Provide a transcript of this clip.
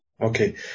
Okay